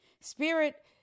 Spirit